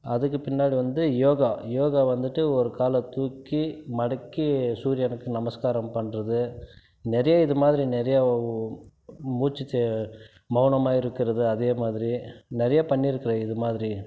அதுக்கு பின்னாடி வந்து யோகா யோகா வந்துட்டு ஒரு காலை தூக்கி மடக்கி சூரியனுக்கு நமஸ்காரம் பண்ணுறது நிறைய இது மாதிரி நிறையா மூச்சு ச மௌனமாக இருக்கிறது அதே மாதிரி நிறையா பண்ணிருக்கிறேன் இது மாதிரி